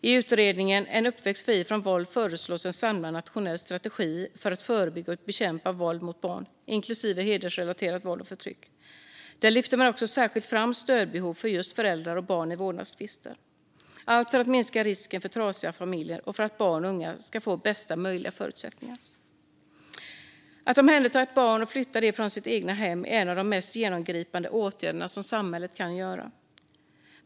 I utredningen En uppväxt fri från våld föreslås en samlad nationell strategi för att förebygga och bekämpa våld mot barn, inklusive hedersrelaterat våld och förtryck. Där lyfter man också särskilt fram stödbehov för just föräldrar och barn i vårdnadstvister, allt för att minska risken för trasiga familjer och för att barn och unga ska få bästa möjliga förutsättningar. Att omhänderta ett barn och flytta det ifrån dess eget hem är en av de mest genomgripande åtgärder samhället kan vidta.